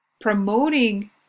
promoting